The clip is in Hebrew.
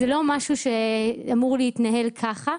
זה לא אמור להתנהל ככה.